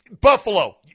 Buffalo